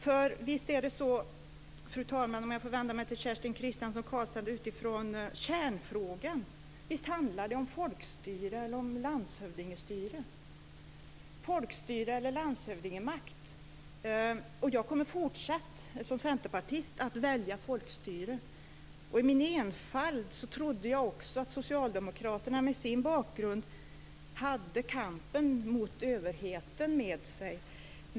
För visst är det så, fru talman, om jag får vända mig till Kerstin Kristiansson Karlstedt utifrån kärnfrågan: Visst handlar det om folkstyre eller landshövdingestyre och folkstyre eller landshövdingemakt? Jag kommer fortsatt, som centerpartist, att välja folkstyre, och i min enfald trodde jag att också socialdemokraterna, med sin bakgrund, hade kampen mot överheten med sig.